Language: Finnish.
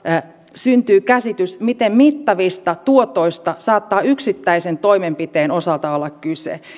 syntyy käsitys miten mittavista tuotoista saattaa yksittäisen toimenpiteen osalta olla kyse